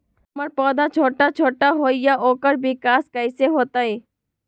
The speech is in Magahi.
हमर पौधा छोटा छोटा होईया ओकर विकास कईसे होतई?